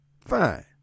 fine